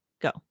go